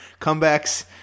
comebacks